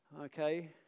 Okay